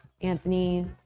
Anthony